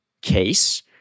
case